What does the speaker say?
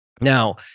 Now